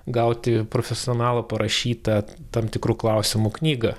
gauti profesionalo parašytą tam tikru klausimu knygą